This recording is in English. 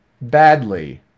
Badly